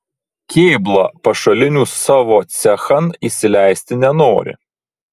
kėbla pašalinių savo cechan įsileisti nenori